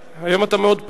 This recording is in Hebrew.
היום אתה מאוד פעיל.